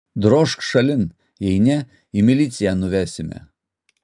drožk šalin jei ne į miliciją nuvesime